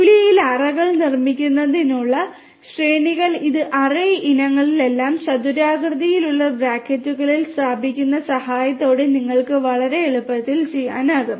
ജൂലിയയിൽ അറേകൾ നിർമ്മിക്കുന്നതിനുള്ള ശ്രേണികൾ ഈ അറേ ഇനങ്ങളെല്ലാം ചതുരാകൃതിയിലുള്ള ബ്രാക്കറ്റുകളിൽ സ്ഥാപിക്കുന്ന സഹായത്തോടെ നിങ്ങൾക്ക് വളരെ എളുപ്പത്തിൽ ചെയ്യാനാകും